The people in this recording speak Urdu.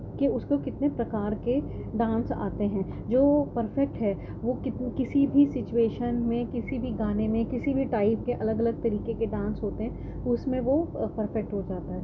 کہ اس کو کتنے پرکار کے ڈانس آتے ہیں جو پرفیکٹ ہے وہ کسی بھی سچویشن میں کسی بھی گانے میں کسی بھی ٹائپ کے الگ الگ طریقے کے ڈانس ہوتے ہیں تو اس میں وہ پرفیکٹ ہو جاتا ہے